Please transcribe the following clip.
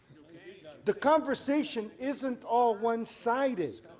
the conversation isn't all one sided.